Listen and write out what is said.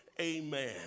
amen